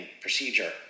procedure